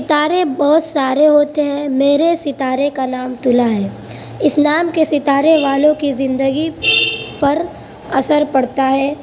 تارے بہت سارے ہوتے ہیں میرے ستارے کا نام تلا ہے اس نام کے ستارے والوں کی زندگی پر اثر پڑتا ہے